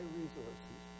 resources